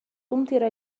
تمطر